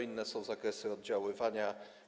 Inne są zakresy ich oddziaływania.